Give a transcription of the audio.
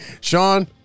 Sean